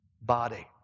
body